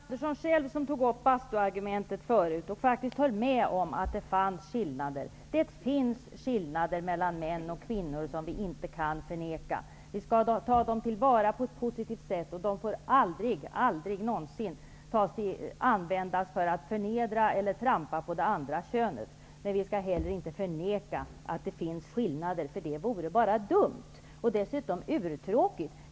Herr talman! Det var herr Andersson själv som tog upp bastuargumentet förut och faktiskt höll med om att det fanns skillnader. Det finns skillnader mellan män och kvinnor som vi inte kan förneka. Vi skall ta dem till vara på ett positivt sätt. De får aldrig någonsin användas för att förnedra eller trampa på det andra könet. Vi skall heller inte förneka att det finns skillnader, för det vore bara dumt och dessutom urtråkigt.